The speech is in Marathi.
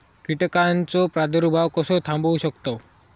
कीटकांचो प्रादुर्भाव कसो थांबवू शकतव?